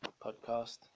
podcast